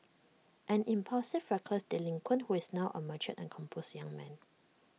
an impulsive reckless delinquent who is now A mature and composed young man